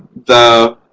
the.